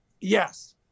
Yes